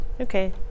okay